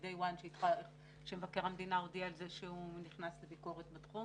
מידי וואן שמבקר המדינה הודיע על זה שהוא נכנס לביקורת בתחום.